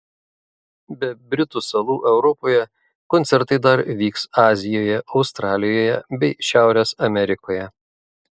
be britų salų europoje koncertai dar vyks azijoje australijoje bei šiaurės amerikoje